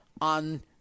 on